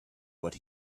what